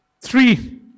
Three